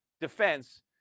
defense